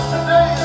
Today